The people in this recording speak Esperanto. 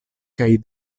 kaj